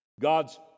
God's